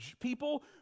people